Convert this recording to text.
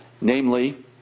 namely